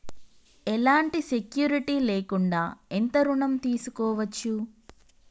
ఎలాంటి సెక్యూరిటీ లేకుండా ఎంత ఋణం తీసుకోవచ్చు?